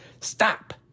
stop